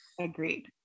Agreed